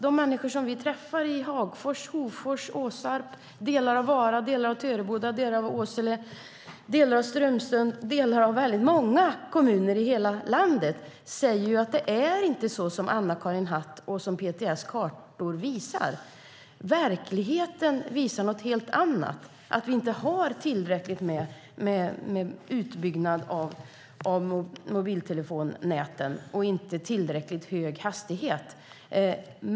De människor som vi träffar i Hagfors, Hofors, Åsarp, delar av Vara, delar av Töreboda, delar av Åsele, delar av Strömsund och delar av väldigt många kommuner i hela landet säger att det inte är så som Anna-Karin Hatt säger och som PTS:s kartor visar. Verkligheten visar något helt annat, nämligen att vi inte har tillräcklig utbyggnad av mobiltelefonnäten och inte tillräckligt hög hastighet.